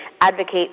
advocate